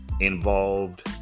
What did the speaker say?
involved